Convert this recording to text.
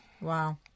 Wow